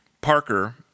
Parker